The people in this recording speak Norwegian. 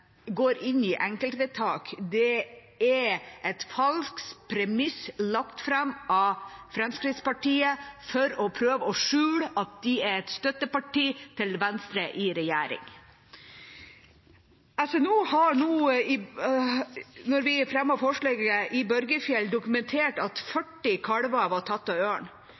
går inn i enkeltvedtak, er et falskt premiss lagt fram av Fremskrittspartiet for å prøve å skjule at de er et støtteparti for Venstre i regjering. Da vi fremmet forslaget, var det i Børgefjell dokumentert at 40 kalver var tatt av